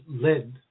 led